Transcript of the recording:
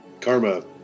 Karma